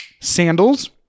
Sandals